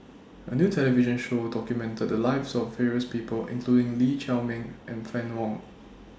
A New television Show documented The Lives of various People including Lee Chiaw Meng and Fann Wong